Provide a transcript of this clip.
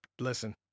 Listen